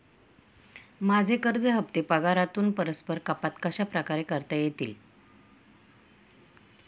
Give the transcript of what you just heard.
माझे कर्ज हफ्ते पगारातून परस्पर कपात कशाप्रकारे करता येतील?